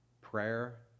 Prayer